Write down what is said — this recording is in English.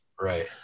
Right